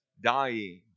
dying